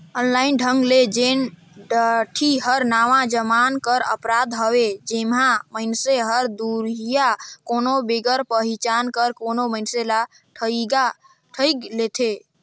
online ढंग ले जेन ठगी हर नावा जमाना कर अपराध हवे जेम्हां मइनसे हर दुरिहां कोनो बिगर पहिचान कर कोनो मइनसे ल ठइग लेथे